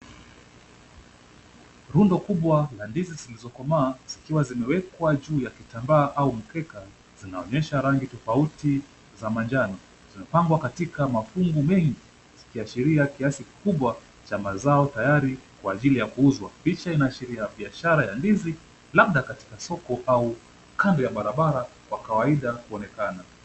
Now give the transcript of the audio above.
Rundo kubwa la ndizi zilizokomaa zikiwa zimewekwa juu ya kitambaa au mkeka zinaonyesha rangi tofauti za manjano, zimepangwa katika mafumo mengi zikiashiria kiasi kikubwa cha mazao tayari kwa ajili ya kuuzwa. Picha inaashiria biashara ya ndizi labda katika soko au kando ya barabara kwa kawaida kuonekana.